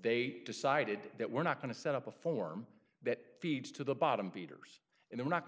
they decided that we're not going to set up a form that feeds to the bottom feeders and they're not going